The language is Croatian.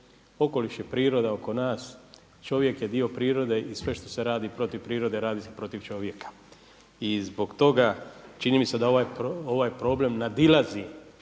Okoliš je priroda oko nas, čovjek je dio prirode i sve što se radi protiv prirode radi se protiv čovjeka. I zbog toga čini mi se da ovaj problem nadilazi